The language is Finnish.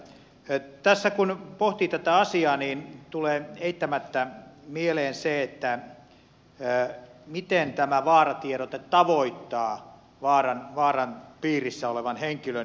tässä kun pohtii tätä asiaa tulee eittämättä mieleen se miten tämä vaaratiedote tavoittaa vaaran piirissä olevan henkilön